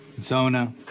Zona